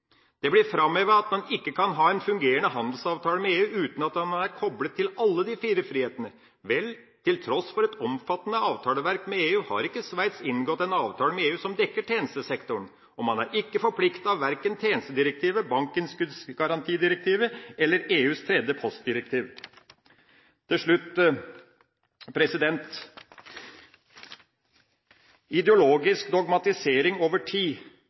Det blir framhevet at man ikke kan ha en fungerende handelsavtale med EU uten at den er koblet til alle de fire frihetene. Vel, til tross for et omfattende avtaleverk med EU har ikke Sveits inngått en avtale med EU som dekker tjenestesektoren. Og man er ikke forpliktet verken av tjenestedirektivet, bankinnskuddsgarantidirektivet eller EUs tredje postdirektiv. Til slutt: Ideologisk dogmatisering over tid